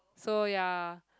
so ya